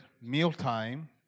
mealtime